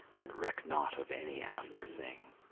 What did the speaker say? and reck not of any after thing,